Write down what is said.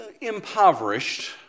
impoverished